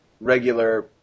regular